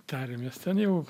tarėmės ten jau